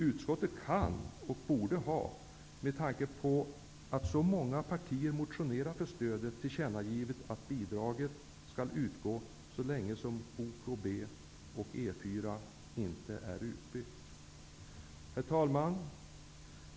Utskottet kan och borde med tanke på att så många partier motionerat för stödet ha tillkännagivit att bidraget skall utgå så länge som ostkustbanan och E4 inte är utbyggda. Herr talman!